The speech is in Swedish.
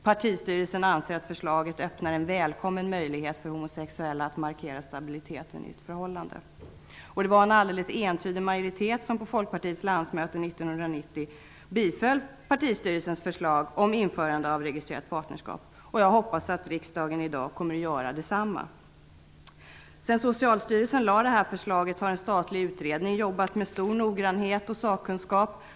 Partistyrelsen anser att förslaget öppnar en välkommen möjlighet för homosexuella att markera stabiliteten i ett förhållande.'' Det var en alldeles entydigt majoritet som på Jag hoppas att riksdagen i dag kommer att göra detsamma. Sedan Socialstyrelsen lade fram det här förslaget har en statlig utredning jobbat med stor noggrannhet och sakkunskap.